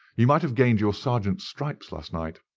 you might have gained your sergeant's stripes last night.